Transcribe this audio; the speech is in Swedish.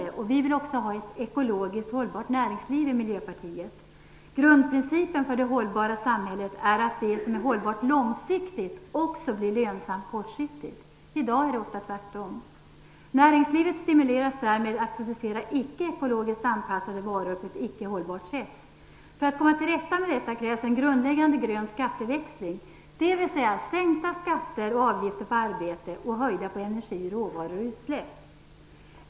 Vi i Miljöpartiet vill också ha ett ekologiskt hållbart näringsliv. Grundprincipen för det hållbara samhället är att det som är hållbart långsiktigt också blir lönsamt kortsiktigt. I dag är det ofta tvärtom. Därigenom stimuleras näringslivet att producera icke ekologiskt anpassade varor på ett icke hållbart sätt. För att komma till rätta med detta krävs en grundläggande grön skatteväxling, dvs. sänkta skatter och avgifter på arbete och höjda skatter och avgifter på energi, råvaror och utsläpp.